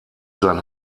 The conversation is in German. sein